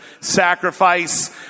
sacrifice